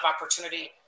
opportunity